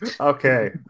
okay